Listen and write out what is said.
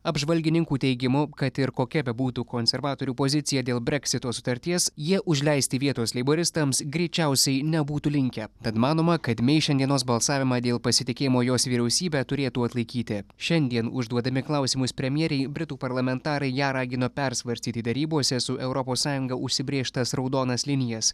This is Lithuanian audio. apžvalgininkų teigimu kad ir kokia bebūtų konservatorių pozicija dėl breksito sutarties jie užleisti vietos leiboristams greičiausiai nebūtų linkę tad manoma kad mei šiandienos balsavimą dėl pasitikėjimo jos vyriausybe turėtų atlaikyti šiandien užduodami klausimus premjerei britų parlamentarai ją ragino persvarstyti derybose su europos sąjunga užsibrėžtas raudonas linijas